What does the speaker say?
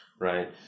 right